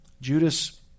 Judas